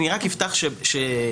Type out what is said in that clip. אני רק אפתח ואומר